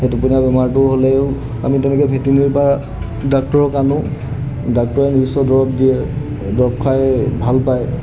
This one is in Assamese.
সেই টোপনিওৱা বেমাৰটো হ'লেও আমি তেনেকৈ ভেটেৰিনেৰীৰ পৰা ডাক্তৰক আনো ডাক্টৰে নিশ্চয় দৰৱ দিয়ে দৰৱ খাই ভাল পায়